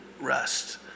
rest